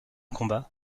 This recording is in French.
combat